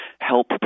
help